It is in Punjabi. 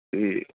ਅਤੇ